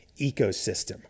ecosystem